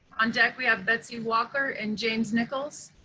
on deck, we have betsy walker and james nichols.